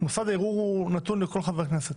--- מוסד הערעור הוא נתון לכל חבר כנסת.